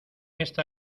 está